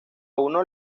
uno